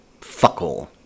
fuckhole